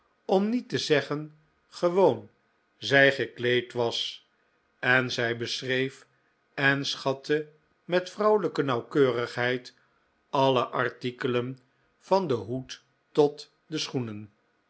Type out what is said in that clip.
om niet te zeggen gewoon zij gekleed was en zij beschreef en schatte met vrouwelijke nauwkeurigheid alle artikelen van den hoed tot de schoenen